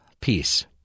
peace